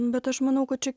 bet aš manau kad čia